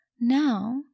now